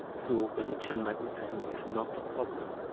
so residual magnetism is not the problem.